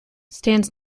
stands